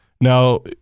Now